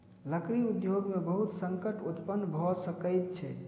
लकड़ी उद्योग में बहुत संकट उत्पन्न भअ सकै छै